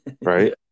Right